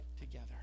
together